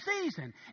season